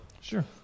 Sure